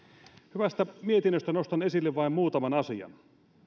hyvästä mietinnöstä nostan esille vain muutaman asian